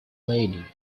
lady